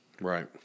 Right